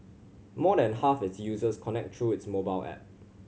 more than half of its users connect through its mobile app